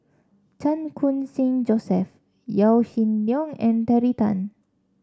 Chan Khun Sing Joseph Yaw Shin Leong and Terry Tan